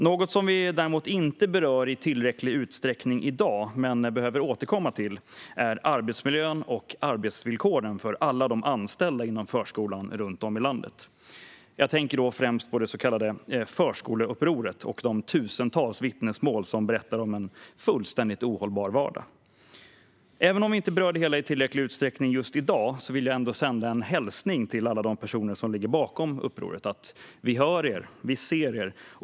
Något som vi däremot inte berör i tillräcklig utsträckning i dag men som vi behöver återkomma till är arbetsmiljön och arbetsvillkoren för alla anställda inom förskolan runt om i landet. Jag tänker främst på det så kallade Förskoleupproret och de tusentals vittnesmål som berättar om en fullständigt ohållbar vardag. Även om vi inte berör det i tillräcklig utsträckning just i dag vill jag sända en hälsning till alla personer som ligger bakom upproret: Vi hör er. Vi ser er.